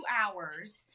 hours